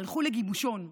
הלכו לגיבושון.